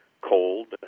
cold